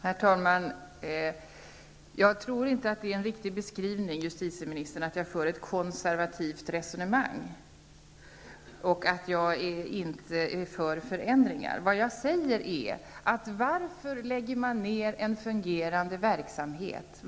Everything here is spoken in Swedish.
Herr talman! jag tror inte att det är en riktig beskrivning som justitieministern gör om att jag för ett konservativt resonemang och att jag inte är för förändringar. Vad jag säger är: Varför lägger man ned en fungerande verksamhet?